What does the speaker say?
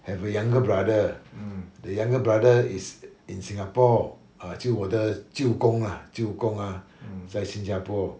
have a younger brother the younger brother is in singapore ah 就我的舅公 ah 舅公 ah 在新加坡